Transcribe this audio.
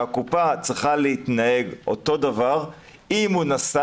שהקופה צריכה להתנהל אותו דבר בין אם נסע